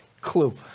clue